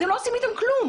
אתם לא עושים אתם כלום.